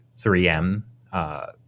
3M